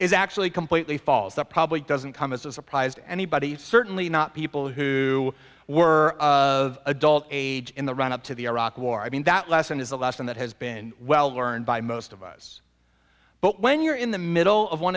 is actually completely false that probably doesn't come as a surprise to anybody certainly not people who were of adult age in the run up to the iraq war i mean that lesson is a lesson that has been well learned by most of us but when you're in the middle of one